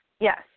Yes